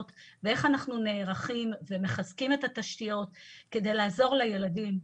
ואיך אנחנו נערכים ומחזקים את התשתיות כדי לעזור לילדים.